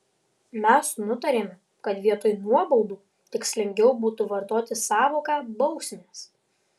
mes nutarėme kad vietoj nuobaudų tikslingiau būtų vartoti sąvoką bausmės